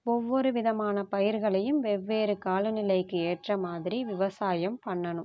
ஒவ்வொரு விதமான பயிர்களையும் வெவ்வேறு காலநிலைக்கு ஏற்றமாதிரி விவசாயம் பண்ணணும்